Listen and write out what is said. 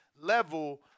level